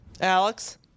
Alex